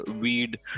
weed